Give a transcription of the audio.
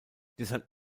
deshalb